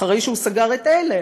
אחרי שהוא סגר את אלה,